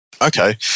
Okay